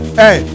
hey